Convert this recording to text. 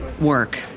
work